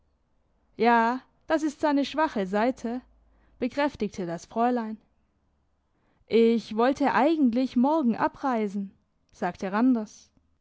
ja das ist seine schwache seite bekräftigte das fräulein ich wollte eigentlich morgen abreisen sagte randers